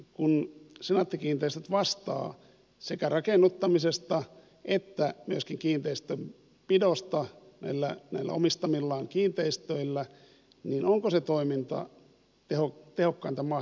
kun senaatti kiinteistöt vastaa sekä rakennuttamisesta että myöskin kiinteistönpidosta näissä omistamissaan kiinteistöissä niin onko se toiminta tehokkainta mahdollista